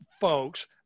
folks